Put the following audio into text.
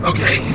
Okay